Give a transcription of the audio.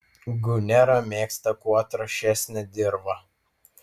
gunera mėgsta kuo trąšesnę dirvą